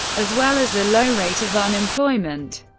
as well as a low rate of unemployment.